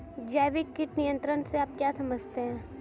जैविक कीट नियंत्रण से आप क्या समझते हैं?